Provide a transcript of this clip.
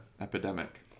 epidemic